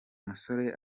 musore